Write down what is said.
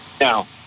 Now